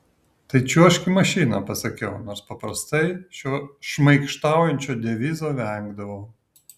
tai čiuožk į mašiną pasakiau nors paprastai šio šmaikštaujančio devizo vengdavau